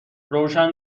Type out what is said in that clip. روشن